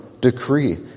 decree